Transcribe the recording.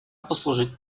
послужить